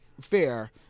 fair